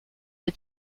der